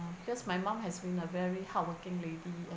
because my mum has been a very hardworking lady